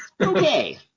Okay